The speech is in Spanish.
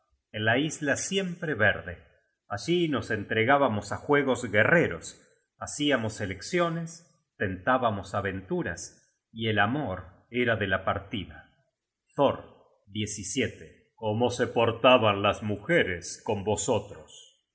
en la isla siempre verde allí nos entregábamos á juegos guerreros hacíamos elecciones tentábamos aventuras y el amor era de la partida thor cómo se portaban las mujeres con vosotros